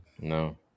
No